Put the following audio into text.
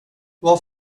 vad